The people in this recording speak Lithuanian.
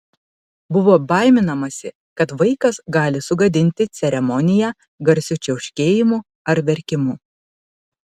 buvo baiminamasi kad vaikas gali sugadinti ceremoniją garsiu čiauškėjimu ar verkimu